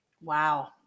Wow